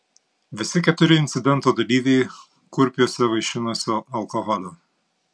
visi keturi incidento dalyviai kurpiuose vaišinosi alkoholiu